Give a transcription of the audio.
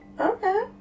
Okay